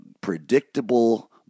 predictable